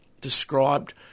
described